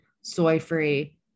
soy-free